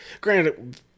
Granted